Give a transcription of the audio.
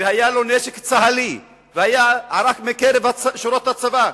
והיה לו נשק צה"לי, והוא ערק משורות הצבא.